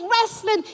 wrestling